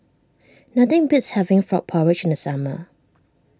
nothing beats having Frog Porridge in the summer